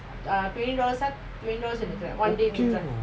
okay [what]